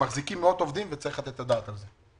הם מחזיקים מאות עובדים וצריך לתת את הדעת על זה.